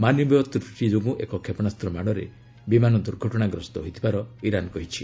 ମାନବୀୟ ତ୍ରୁଟି ଯୋଗୁଁ ଏକ କ୍ଷେପଣାସ୍ତ ମାଡ଼ରେ ବିମାନ ଦୂର୍ଘଟଣାଗ୍ରସ୍ତ ହୋଇଥିବାର ଇରାନ୍ କହିଛି